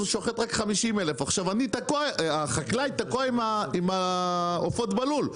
הוא שוחט רק 50,000 אז עכשיו החקלאי תקוע עם העופות בלול.